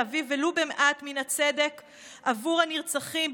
להביא ולו מעט מן הצדק עבור הנרצחים,